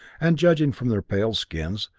and judging from their pale skins,